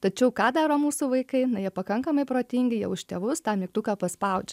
tačiau ką daro mūsų vaikai na jie pakankamai protingi jie už tėvus tą mygtuką paspaudžia